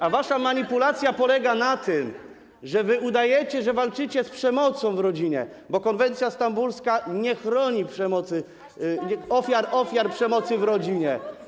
A wasza manipulacja polega na tym, że wy udajecie, że walczycie z przemocą w rodzinie, bo konwencja stambulska nie chroni ofiar przemocy w rodzinie.